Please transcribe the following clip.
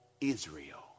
Israel